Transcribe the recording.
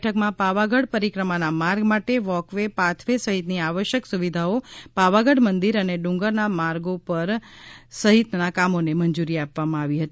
બેઠકમાં પાવાગઢ પરિક્રમાના માર્ગ માટે વોક વે પાથ વે સહિતની આવશ્યક સુવિધાઓ પાવાગઢ મંદિર અને ડુંગરના માર્ગો પર સાઈનેજીસ સહિતના કામોને મંજુરી આપી હતી